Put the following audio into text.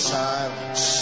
silence